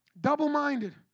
Double-minded